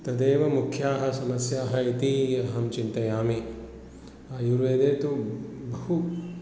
तदेव मुख्याः समस्याः इति अहं चिन्तयामि आयुर्वेदे तु बहु